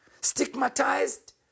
stigmatized